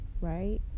right